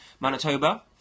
Manitoba